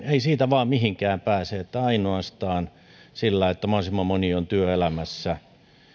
ei siitä vain mihinkään pääse että ainoastaan se että mahdollisimman moni on työelämässä